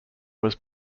was